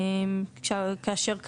כאשר,